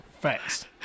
Facts